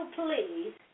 please